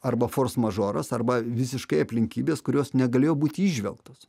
arba fors mažoras arba visiškai aplinkybės kurios negalėjo būti įžvelgtos